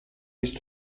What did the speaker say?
ist